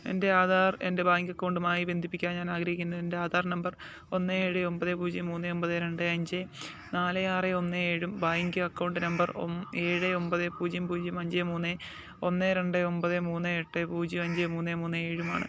എൻ്റെ ആധാർ എൻ്റെ ബാങ്ക് അക്കൌണ്ടുമായി ബന്ധിപ്പിക്കാൻ ഞാൻ ആഗ്രഹിക്കുന്നു എൻ്റെ ആധാർ നമ്പർ ഒന്ന് ഏഴ് ഒമ്പത് പൂജ്യം മൂന്ന് ഒമ്പത് രണ്ട് അഞ്ച് നാല് ആറ് ഒന്ന് ഏഴും ബാങ്ക് അക്കൌണ്ട് നമ്പർ ഏഴ് ഒമ്പത് പൂജ്യം പൂജ്യം അഞ്ച് മൂന്ന് ഒന്ന് രണ്ട് ഒമ്പത് മൂന്ന് എട്ട് പൂജ്യം അഞ്ച് മൂന്ന് മൂന്ന് ഏഴും ആണ്